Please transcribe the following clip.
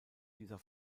dieser